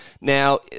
Now